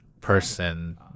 person